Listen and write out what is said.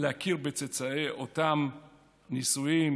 להכיר בצאצאי אותם נישואים,